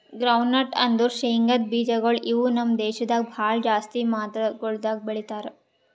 groundnut ಅಂದುರ್ ಶೇಂಗದ್ ಬೀಜಗೊಳ್ ಇವು ನಮ್ ದೇಶದಾಗ್ ಭಾಳ ಜಾಸ್ತಿ ಮಾತ್ರಗೊಳ್ದಾಗ್ ಬೆಳೀತಾರ